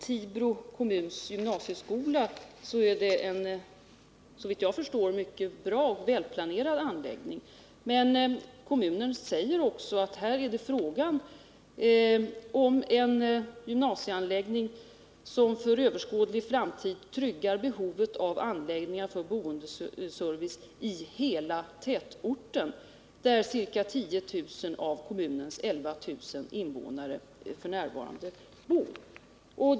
Tibro kommuns gymnasieskola är såvitt jag förstår en mycket bra och välplanerad anläggning. Kommunen säger också att det här är fråga om en gymnasieskoleanläggning som för överskådlig framtid tryggar behovet av anläggningar för boendeservice i hela tätorten, där ca 10 000 av kommunens 11 000 invånare f. n. bor.